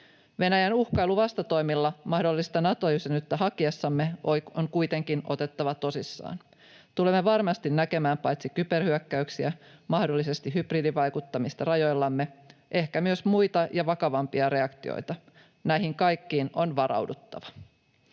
Venäjän uhkailu vastatoimilla mahdollista Nato-jäsenyyttä hakiessamme on kuitenkin otettava tosissaan. Tulemme varmasti näkemään paitsi kyberhyökkäyksiä, mahdollisesti hybridivaikuttamista rajoillamme, ehkä myös muita ja vakavampia reaktioita. Näihin kaikkiin on varauduttava.